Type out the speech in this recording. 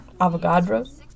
Avogadros